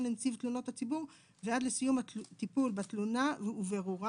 לנציב תלונות הציבור ועד לסיום הטיפול בתלונה ובירורה".